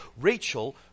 Rachel